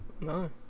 No